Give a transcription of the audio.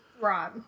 Right